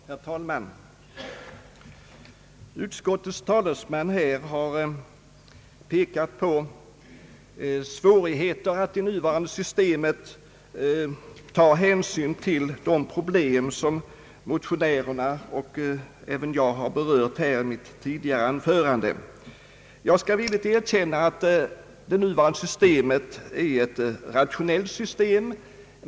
Herr talman! Utskottets talesman har framhållit svårigheterna att i det nuvarande systemet ta hänsyn till de problem som motionärerna pekat på och som även jag berört i mitt tidigare anförande. Jag skall villigt erkänna att det nuvarande systemet är ett rationellt system.